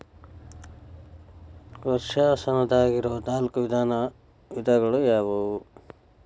ವರ್ಷಾಶನದಾಗಿರೊ ನಾಲ್ಕು ವಿಧಗಳು ಯಾವ್ಯಾವು?